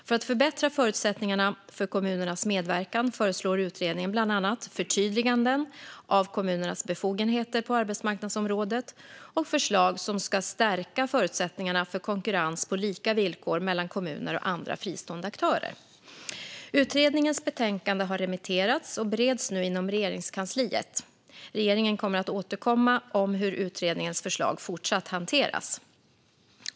För att förbättra förutsättningarna för kommunernas medverkan föreslår utredningen bland annat förtydliganden av kommunernas befogenheter på arbetsmarknadsområdet och förslag som ska stärka förutsättningarna för konkurrens på lika villkor mellan kommuner och andra fristående aktörer. Utredningens betänkande har remitterats och bereds nu inom Regeringskansliet. Regeringen kommer att återkomma om hur utredningens förslag fortsatt hanteras.